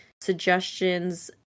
suggestions